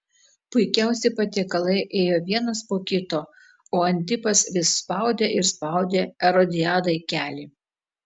puikiausi patiekalai ėjo vienas po kito o antipas vis spaudė ir spaudė erodiadai kelį